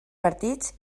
partits